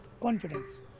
confidence